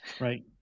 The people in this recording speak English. Right